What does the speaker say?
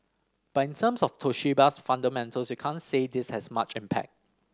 but in terms of Toshiba's fundamentals you can't say this has much impact